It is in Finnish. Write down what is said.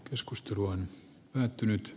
keskustelu on päättynyt